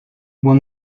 won